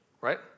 right